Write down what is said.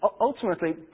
ultimately